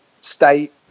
state